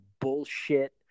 bullshit